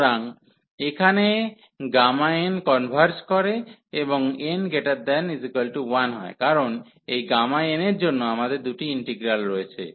সুতরাং এখানে n converge করে এবং n≥1 কারণ এই n এর জন্য আমাদের দুটি ইন্টিগ্রাল রয়েছে